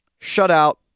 shutout